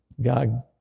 God